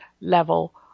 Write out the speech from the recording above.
level